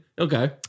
Okay